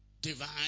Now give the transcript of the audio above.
Divine